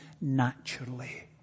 naturally